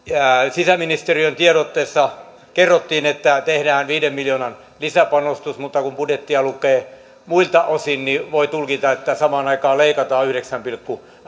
sisäministeriön tiedotteessa kerrottiin että tehdään viiden miljoonan lisäpanostus mutta kun budjettia lukee muilta osin niin voi tulkita että samaan aikaan leikataan yhdeksän pilkku